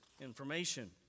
information